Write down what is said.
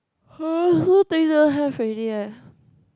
!huh! have already eh